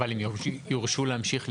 אבל הן יורשו להמשיך לפעול?